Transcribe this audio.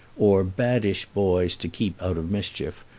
or baddish boys to keep out of mischief,